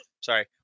Sorry